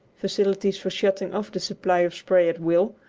facilities for shutting off the supply of spray at will